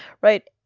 right